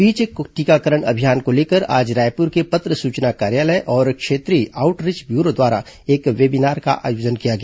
इस बीच टीकाकरण अभियान को लेकर आज रायपुर के पत्र सूचना कार्यालय और क्षेत्रीय आउटरिच ब्यूरो द्वारा एक वेबीनार का आयोजन किया गया